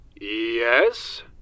Yes